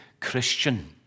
Christian